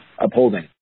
upholding